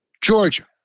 Georgia